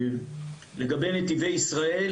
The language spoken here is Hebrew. לגבי נתיבי ישראל